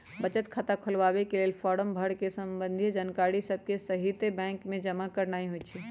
बचत खता खोलबाके लेल फारम भर कऽ संबंधित जानकारिय सभके सहिते बैंक में जमा करनाइ होइ छइ